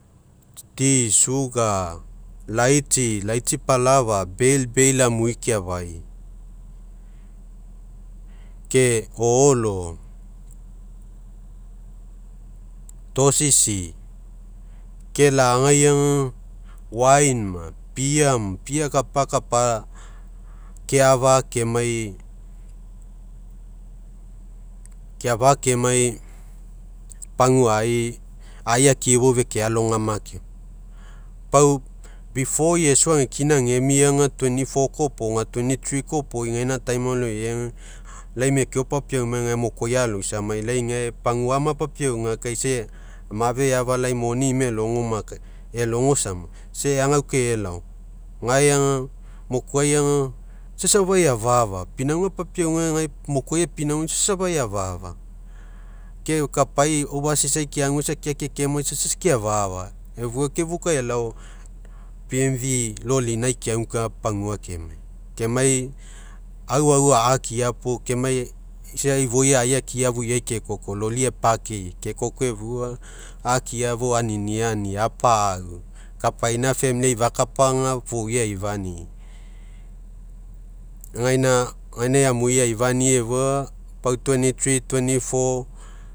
Ti suga, laitsi, laitsi palava, amui keafai, ke o'olo, tasisi ke lagaiga bia kapakapa, keafa, kemai, ke afa kemai paguai aiki'i fou fekealogama keoma. Pau iesu ega kina amia ga koa- iopega koa- iopoi, egaina aloiaiga, lai mekeo papiau mai, gae mokuai alosamai, lai gae paguama papiauga ma kai, sa mafe eafalai, moni ima elogo makai, elogo sama, isa eagau kae elao, gae aga, mokuaiga isa safa eafa, afa, pinauga papiauga papiauga gae mokuai epinauga safa eafa'afa, ke kapai ai keagu sakeake kemai safa eafa afa, efua gou kaialao lolinai keaguka pagua kemai kemai aua- aua a'akia puo kemai isa ifoi aiki'i afuiai kekoko, loli epakei kekoko efua a'akia fou aniniani, apa'au, kapaina ai fakapaga foui aifini'i, gaina, gaina amui aifani'i efua, pau